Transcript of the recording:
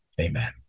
Amen